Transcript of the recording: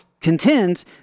contends